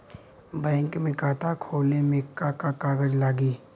Bank में खाता खोले मे का का कागज लागी?